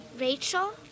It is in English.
Rachel